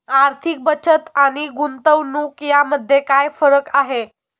आर्थिक बचत आणि गुंतवणूक यामध्ये काय फरक आहे?